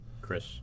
Chris